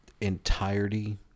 entirety